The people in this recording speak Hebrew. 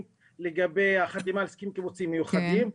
לגבי החתימה על הסכמים קיבוציים מיוחדים.